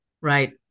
Right